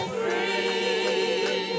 free